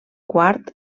quart